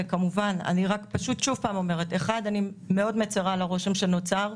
וכמובן אני רק פשוט שוב אומרת: אני מאוד מצרה על הרושם שנוצר.